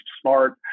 smart